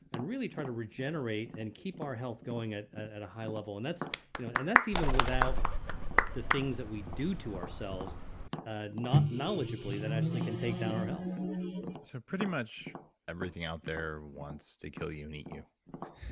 and really try to regenerate and keep our health going at at a high level. and that's you know and that's even without the things that we do to ourselves not knowledgeably that actually can take down our health so pretty much everything out there wants to kill you and eat you.